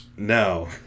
No